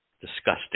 disgusting